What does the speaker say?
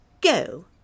Go